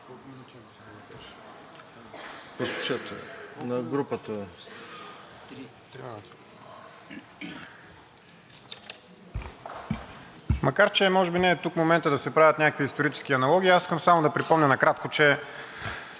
Макар че може би не е тук моментът да се правят някакви исторически аналогии, аз искам само да припомня накратко, че